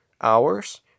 hours